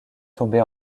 tombée